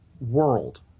world